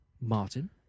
Martin